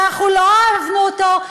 שאנחנו לא אהבנו אותו,